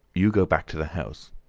you go back to the house.